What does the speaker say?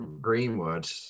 Greenwood